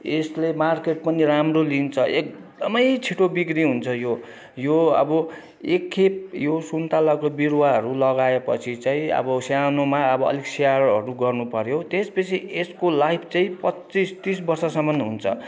यसले मार्केट पनि राम्रो लिन्छ एकदमै छिटो बिक्री हुन्छ यो अब एकखेप यो सुन्तलाको बिरुवाहरू लगाए पछि चाहिँ अब सानोमा अलिक स्याहारहरू गर्नु पर्यो त्यस पछि यसको लाइफ चाहिँ पच्चिस तिस वर्षसम्म हुन्छ